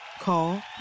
Call